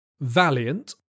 Valiant